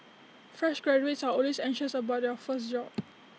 fresh graduates are always anxious about their first job